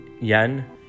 yen